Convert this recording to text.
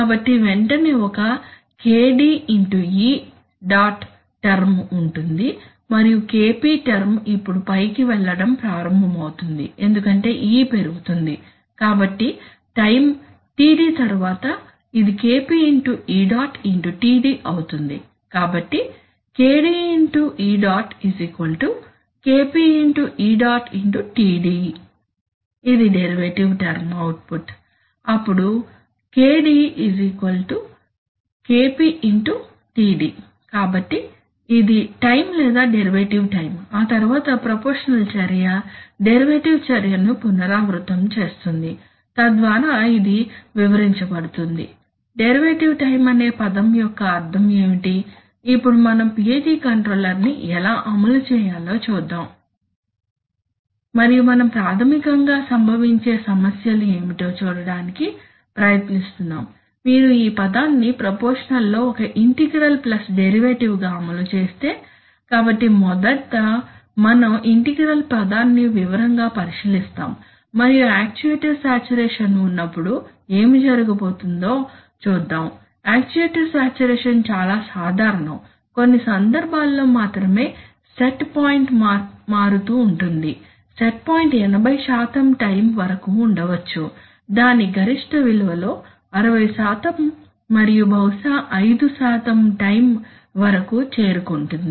కాబట్టి వెంటనే ఒక KD ė టర్మ్ ఉంటుంది మరియు KP టర్మ్ ఇప్పుడు పైకి వెళ్లడం ప్రారంభమవుతుంది ఎందుకంటే e పెరుగుతుంది కాబట్టి టైం TD తరువాత ఇది KP ė TD అవుతుంది కాబట్టి KD ė KP ė TD ఇది డెరివేటివ్ టర్మ్ అవుట్పుట్ అప్పుడు KD KP TD కాబట్టి ఇది టైం లేదా డెరివేటివ్ టైం ఆ తరువాత ప్రపోర్షషనల్ చర్య డెరివేటివ్ చర్య ను పునరావృతం చేస్తుంది తద్వారా ఇది వివరించబడుతుంది డెరివేటివ్ టైమ్ అనే పదం యొక్క అర్థం ఏమిటి ఇప్పుడు మనం PID కంట్రోలర్ ని ఎలా అమలు చేయాలో చూద్దాం మరియు మనం ప్రాథమికంగా సంభవించే సమస్యలు ఏమిటో చూడటానికి ప్రయత్నిస్తున్నాము మీరు ఈ పదాన్ని ప్రపోర్షషనల్ లో ఒక ఇంటెగ్రల్ ప్లస్ డెరివేటివ్ గా అమలు చేస్తే కాబట్టి మొదట మనం ఇంటిగ్రల్ పదాన్ని వివరంగా పరిశీలిస్తాము మరియు యాక్యుయేటర్ సాచురేషన్ ఉన్నప్పుడు ఏమి జరుగుతుందో చూద్దాం యాక్చుయేటర్ సాచురేషన్ చాలా సాధారణం కొన్ని సందర్భాల్లో మాత్రమే సెట్ పాయింట్ మారుతూ ఉంటుంది సెట్ పాయింట్ 80 టైం వరకు ఉండవచ్చు దాని గరిష్ట విలువలో 60 మరియు బహుశా 5 టైం వద్దకు చేరుకొంటుంది